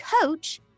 coach